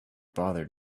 bothered